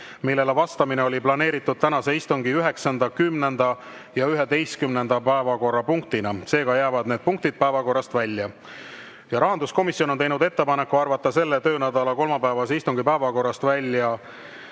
millele vastamine oli planeeritud tänase istungi 9., 10. ja 11. päevakorrapunktina. Seega jäävad need punktid päevakorrast välja. Rahanduskomisjon on teinud ettepaneku arvata selle töönädala kolmapäevase istungi päevakorrast välja